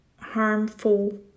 harmful